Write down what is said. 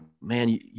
man